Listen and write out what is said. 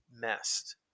messed